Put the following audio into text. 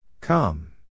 Come